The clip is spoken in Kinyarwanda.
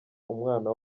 umwana